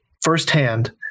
firsthand